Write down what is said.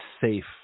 safe